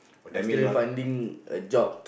I still finding a job